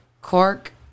Cork